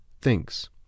thinks